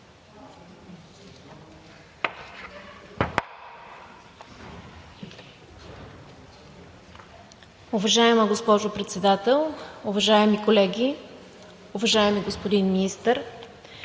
Уважаема госпожо Председател, уважаеми колеги! Уважаеми господин Министър,